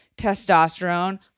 testosterone